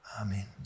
Amen